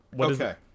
okay